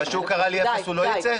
אבל שהוא קרא לי אפס הוא לא ייצא?